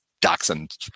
Dachshund